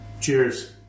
cheers